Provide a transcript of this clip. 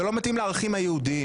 זה לא מתאים לערכים היהודיים.